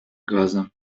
газа